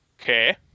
Okay